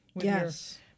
yes